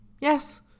yes